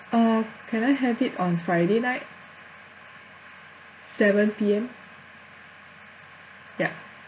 uh can I have it on friday night seven P_M ya